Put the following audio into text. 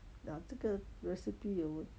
那这个 recipe 有